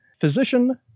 physician